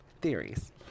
theories